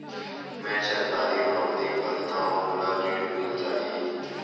मै सरकारी नौकरी करथव मोला ऋण मिल जाही?